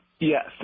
Yes